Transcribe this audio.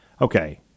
okay